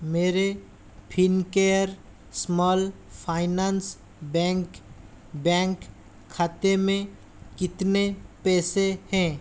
मेरे Fincare small finance bank bank खाते में कितने पैसे हैं